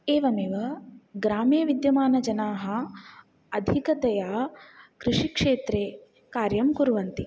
एवमेव ग्रामे विद्यमानः जनाः अधिकतया कृषिक्षेत्रे कार्यं कुर्वन्ति